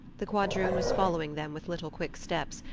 the quadroon was following them with little quick steps,